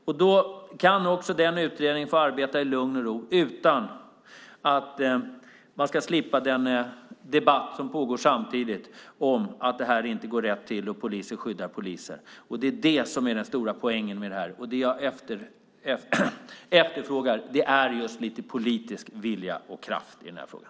Utredningen kan få arbeta i lugn och ro och slippa den debatt som samtidigt pågår om att det inte går rätt till och att poliser skyddar poliser. Det är den stora poängen, och det jag efterfrågar är just lite politisk vilja och kraft i frågan.